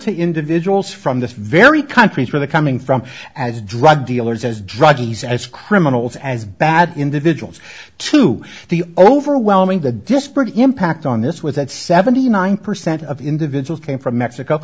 to individuals from the very countries where they're coming from as drug dealers as druggies as criminals as bad individuals to the overwhelming the disparate impact on this was that seventy nine percent of individuals came from mexico